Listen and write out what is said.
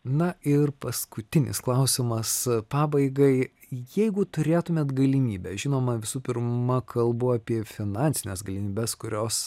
na ir paskutinis klausimas pabaigai jeigu turėtumėt galimybę žinoma visų pirma kalbu apie finansines galimybes kurios